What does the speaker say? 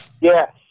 Yes